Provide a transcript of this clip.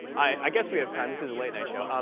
i guess we have time. this is a late night show. ah